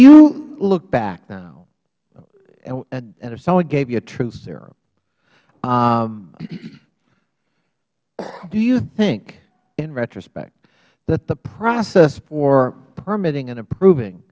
you look back now and if someone gave you a truth serum do you think in retrospect that the process for permitting and improving